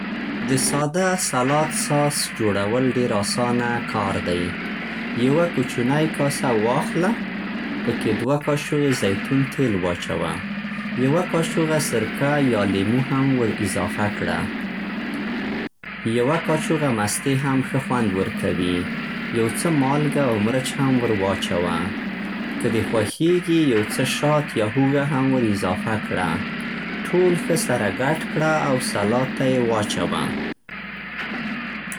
د ساده سلاد ساس جوړول ډېر آسانه کار دی. یوه کوچنی کاسه واخله، پکې دوه کاچوغې زیتون تېل واچوه. یوه کاچوغه سرکه یا لیمو هم ور اضافه کړه. یوه کاچوغه مستې هم ښه خوند ورکوي. یو څه مالګه او مرچ هم ور واچوه. که دې خوښېږي، یو څه شات یا هوږه هم ور اضافه کړه. ټول ښه سره ګډ کړه او سلاد ته یې واچوه.